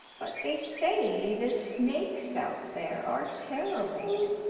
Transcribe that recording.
but they say the snakes out there are terrible.